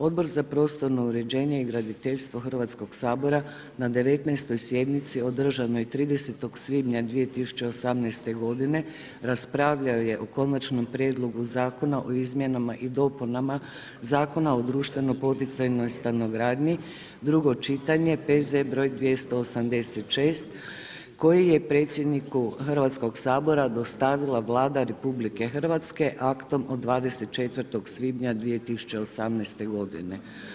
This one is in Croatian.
Odbor za prostorno uređenje i graditeljstvo Hrvatskog Sabora na 19. sjednici održanoj 30. svibnja 2018. godina raspravljao je o Konačnom prijedlogu Zakona o izmjenama i dopunama Zakona o društveno poticanoj stanogradnji, drugo čitanje, P.Z. br. 286 koje je predsjedniku hrvatskog sabora dostavila Vlada RH aktom od 24. svibnja 2018. godine.